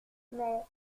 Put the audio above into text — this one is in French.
mais